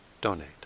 donate